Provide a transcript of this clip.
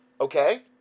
okay